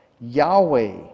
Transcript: yahweh